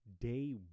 day